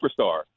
superstar